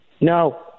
No